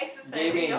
gaming